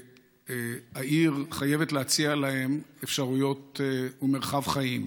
שהעיר חייבת להציע להם אפשרויות ומרחב חיים.